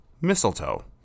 mistletoe